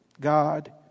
God